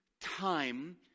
time